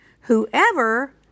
whoever